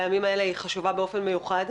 בימים האלה היא חשובה באופן מיוחד,